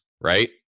right